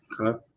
Okay